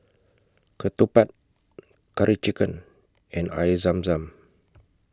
Ketupat Curry Chicken and Air Zam Zam